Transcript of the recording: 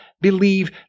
believe